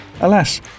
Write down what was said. Alas